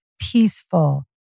peaceful